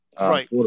right